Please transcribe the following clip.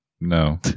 No